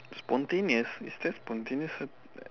spontaneous is that spontaneous that that